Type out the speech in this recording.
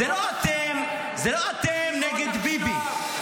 זה לא אתם נגד ביבי.